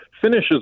finishes